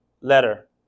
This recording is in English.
letter